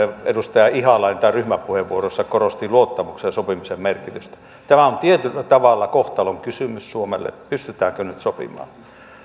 edustaja ihalainen ryhmäpuheenvuorossa korosti luottamuksen ja sopimisen merkitystä tämä on tietyllä tavalla kohtalonkysymys suomelle pystytäänkö nyt sopimaan